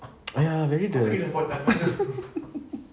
!aiya! very the